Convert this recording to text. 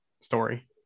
story